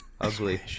ugly